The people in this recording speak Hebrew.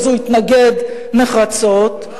הוא התנגד נחרצות.